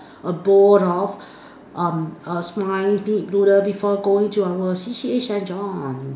a bowl of um a slimy big noodle before going to our C_C_A Saint John